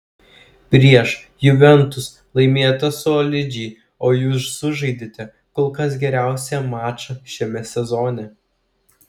prieš juventus laimėta solidžiai o jūs sužaidėte kol kas geriausią mačą šiame sezone